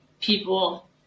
people